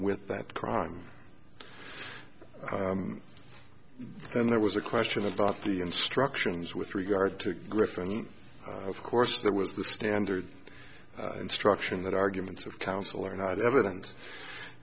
with that crime and there was a question about the instructions with regard to lift and of course that was the standard instruction that arguments of counsel are not evidence